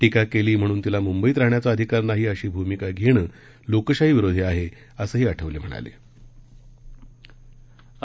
टीका केली म्हणून तिला मुंबईत राहण्याचा अधिकार नाही अशी भूमिका घेणं लोकशाहीविरोधी आहे असंही आठवले यांनी म्हटलं आहे